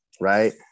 right